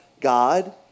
God